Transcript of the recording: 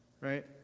right